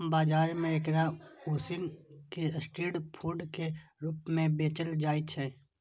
बाजार मे एकरा उसिन कें स्ट्रीट फूड के रूप मे बेचल जाइ छै